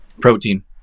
protein